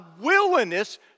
willingness